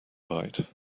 bite